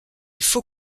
faut